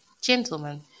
Gentlemen